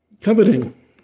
Coveting